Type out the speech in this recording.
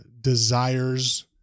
desires